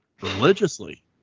religiously